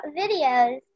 videos